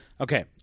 okay